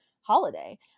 holiday